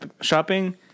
shopping